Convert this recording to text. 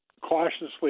cautiously